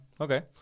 Okay